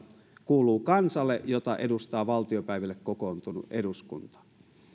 kuuluu kansalle jota edustaa valtiopäiville kokoontunut eduskunta